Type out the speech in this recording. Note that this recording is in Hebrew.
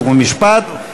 חוק ומשפט,